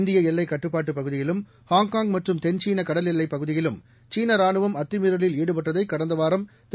இந்திய எல்லை கட்டுபாட்டுப் பகுதியிலும் ஹாங்காங் மற்றும் தென்சீன கடல் எல்லைப் பகுதியிலும் சீன ராணுவம் அத்துமீறலில் ஈடுபட்டதை கடந்த வாரம் திரு